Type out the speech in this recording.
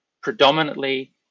predominantly